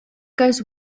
goes